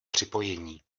připojení